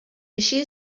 així